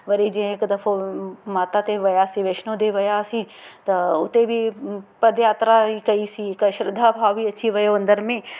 वरी जीअं हिकु दफ़ो माता ते वियासीं वैष्णो ते वियासीं त उते बि पद यात्रा बि कईसीं हिकु श्रद्धा भाव बि अची वियो अंदर में